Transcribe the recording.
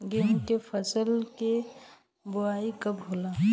गेहूं के फसल के बोआई कब होला?